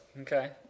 Okay